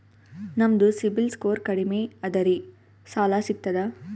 ನಮ್ದು CIBIL score ಕಡಿಮಿ ಅದರಿ ಸಾಲಾ ಸಿಗ್ತದ?